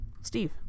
Steve